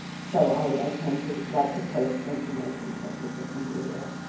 so i tend to like to post information so people can be aware.